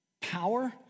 Power